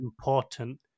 important